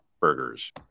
burgers